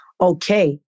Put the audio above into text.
okay